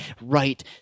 right